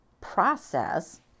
process